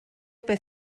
beth